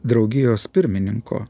draugijos pirmininko